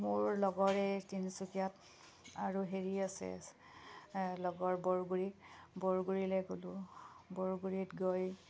মোৰ লগৰে তিনিচুকীয়াত আৰু হেৰি আছে লগৰ বৰগুৰি বৰগুৰিলৈ গ'লোঁ বৰগুৰিত গৈ